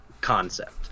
concept